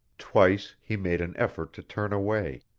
twice he made an effort to turn away.